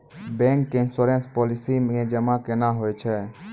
Bank के insurance policy मे जमा केना होय छै?